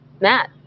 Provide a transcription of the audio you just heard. Matt